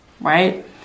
right